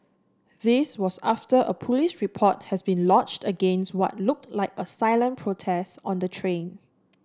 this was after a police report has been lodged against what looked like a silent protest on the train